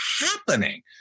happening